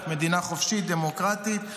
אנחנו מדינה חופשית, דמוקרטית.